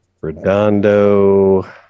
Redondo